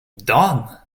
done